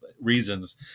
reasons